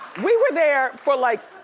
we were there for, like,